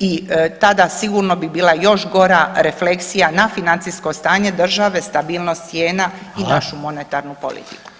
i tada sigurno bi bila još gora refleksija na financijsko stanje države, stabilnost cijena i našu monetarnu politku.